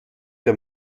der